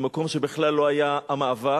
במקום שבו בכלל לא היה המאבק,